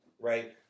Right